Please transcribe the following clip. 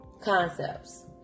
concepts